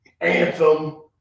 Anthem